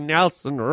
Nelson